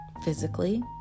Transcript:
physically